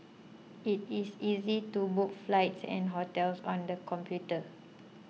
it is easy to book flights and hotels on the computer